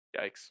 Yikes